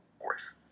fourth